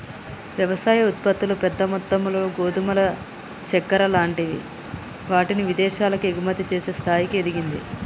వ్యవసాయ ఉత్పత్తులు పెద్ద మొత్తములో గోధుమలు చెక్కర లాంటి వాటిని విదేశాలకు ఎగుమతి చేసే స్థాయికి ఎదిగింది